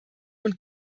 und